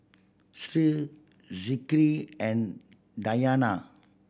Sri Zikri and Diyana